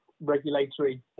regulatory